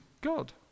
God